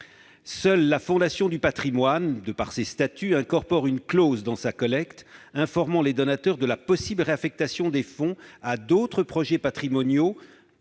Seule la Fondation du patrimoine, de par ses statuts, incorpore dans sa collecte une clause informant les donateurs de la possible réaffectation des fonds à d'autres projets patrimoniaux,